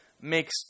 makes